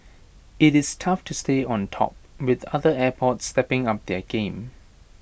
IT is tough to stay on top with other airports stepping up their game